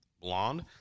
blonde